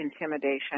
intimidation